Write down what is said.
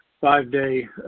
five-day